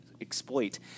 exploit